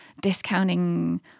discounting